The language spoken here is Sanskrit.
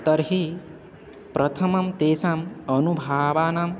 तर्हि प्रथमं तेषाम् अनुभावानां